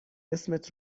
اسمت